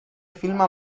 filma